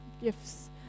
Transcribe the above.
gifts